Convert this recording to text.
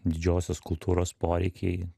didžiosios kultūros poreikiai